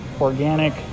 organic